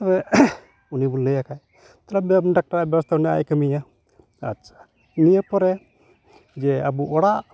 ᱛᱚ ᱩᱱᱤ ᱵᱚᱱ ᱞᱟᱹᱭᱟᱭ ᱠᱷᱟᱡ ᱛᱟᱞᱚᱦᱮ ᱵᱮᱥ ᱰᱟᱠᱴᱟᱨᱟᱜ ᱵᱮᱥᱚᱜ ᱨᱮᱟᱜᱼᱮ ᱠᱟᱹᱢᱤᱭᱟ ᱟᱪᱪᱷᱟ ᱱᱤᱭᱟᱹ ᱯᱚᱨᱮ ᱡᱮ ᱟᱵᱚ ᱚᱲᱟᱜ